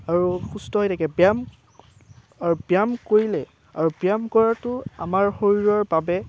আৰু সুস্থ হৈ থাকে ব্যায়াম আৰু ব্যায়াম কৰিলে আৰু ব্যায়াম কৰাতো আমাৰ শৰীৰৰ বাবে